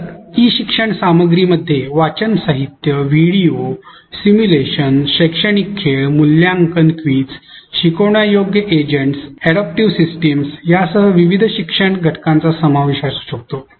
तर ई शिक्षण सामग्रीमध्ये वाचन साहित्य व्हिडिओ सिम्युलेशन शैक्षणिक खेळ मूल्यांकन क्विझ शिकवण्यायोग्य एजंट्स अनुकूल प्रणाली यासह विविध शिक्षण घटकांचा समावेश असू शकतो